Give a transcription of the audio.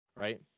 right